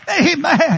Amen